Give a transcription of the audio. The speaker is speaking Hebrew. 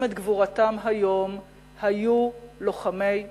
את גבורתם היום היו לוחמי חירות,